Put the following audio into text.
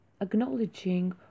acknowledging